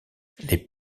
les